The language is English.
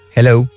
Hello